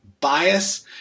bias